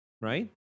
right